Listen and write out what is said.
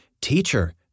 Teacher